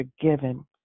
forgiven